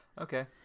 Okay